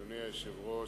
אדוני היושב-ראש,